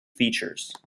features